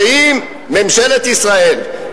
היא שאם ממשלת ישראל,